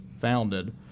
founded